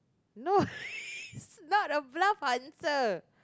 no it's not a bluff answer